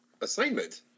assignment